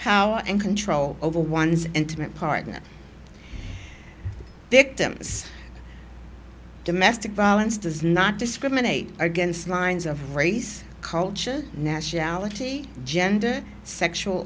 how and control over one's intimate partner victim domestic violence does not discriminate against lines of race culture nationality gender sexual